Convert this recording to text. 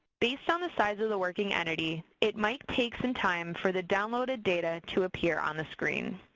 based on the size of the working entity, it might take some time for the downloaded data to appear on the screen.